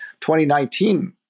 2019